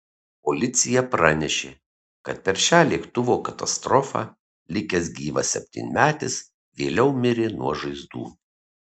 policija pranešė kad per šią lėktuvo katastrofą likęs gyvas septynmetis vėliau mirė nuo žaizdų